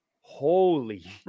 holy –